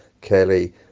Kelly